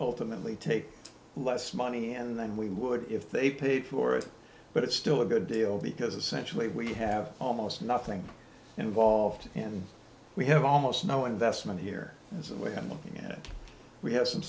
ultimately take less money and then we would if they paid for it but it's still a good deal because essentially we have almost nothing involved and we have almost no investment here as a way of looking at it we have some